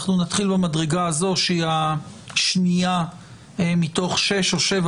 אנחנו נתחיל במדרגה הזו שהיא השנייה מתוך שש או שבע